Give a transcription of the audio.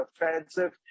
offensive